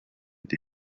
die